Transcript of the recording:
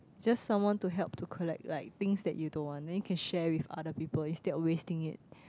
just someone to help to collect like things that you don't want then you can share with other people instead of wasting it